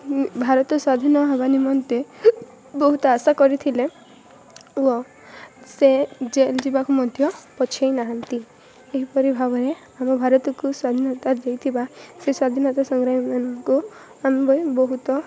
ଭାରତ ସ୍ୱାଧୀନ ହବା ନିମନ୍ତେ ବହୁତ ଆଶା କରିଥିଲେ ଓ ସେ ଜେଲ୍ ଯିବାକୁ ମଧ୍ୟ ପଛାଇ ନାହାଁନ୍ତି ଏହିପରି ଭାବରେ ଆମ ଭାରତକୁ ସ୍ୱାଧୀନତା ଦେଇଥିବା ସେ ସ୍ୱାଧୀନତା ସଂଗ୍ରାମୀମାନଙ୍କୁ ଆମେ ବହୁତ